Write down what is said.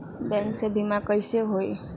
Bank से बिमा कईसे होई?